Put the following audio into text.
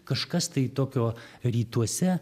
kažkas tai tokio rytuose